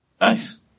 Nice